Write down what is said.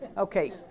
Okay